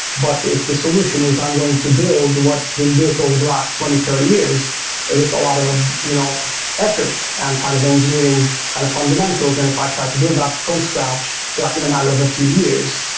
but if the solution is i'm going to build what's been built over the last twenty, thirty years with a lot of you know effort and kind of engineering kind of fundamentals and if i try to build that from scratch like in a matter of a few years.